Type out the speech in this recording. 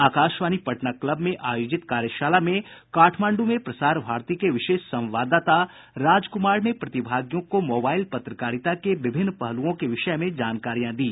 Akashvani Patna club में आयोजित कार्यशाला में काठमांडू में प्रसार भारती के विशेष संवाददाता राजकुमार ने प्रतिभागियों को मोबाईल पत्रकारिता के विभिन्न पहलुओं के विषय में जानकारियां दी